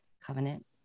covenant